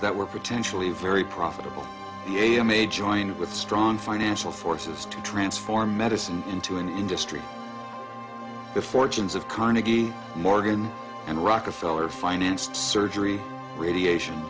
that were potentially very profitable you may join with strong financial forces to transform medicine into an industry the fortunes of carnegie morgan and rockefeller financed surgery radiation